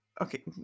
Okay